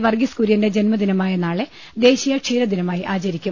വർഗീസ് കുര്യന്റെ ജന്മദിനമായ നാളെ ദേശീയ ക്ഷീരദിനമായി ആചരിക്കും